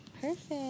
perfect